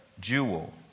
Jewel